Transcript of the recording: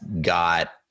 got